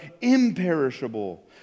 imperishable